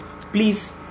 Please